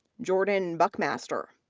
jordan buckmaster,